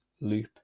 loop